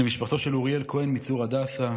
למשפחתו של אוריאל כהן מצור הדסה,